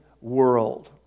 world